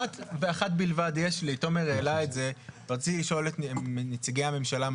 רציתי לשאול את נציגי הממשלה,